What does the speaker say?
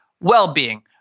well-being